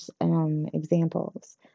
examples